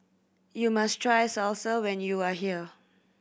you must try Salsa when you are here